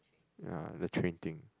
ya the train thing